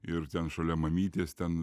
ir ten šalia mamytės ten